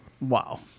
Wow